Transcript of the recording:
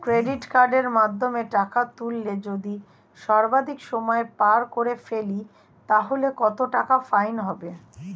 Credit কার্ডের মাধ্যমে টাকা তুললে যদি সর্বাধিক সময় পার করে ফেলি তাহলে কত টাকা ফাইন হবে?